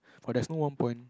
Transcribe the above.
but there's no one point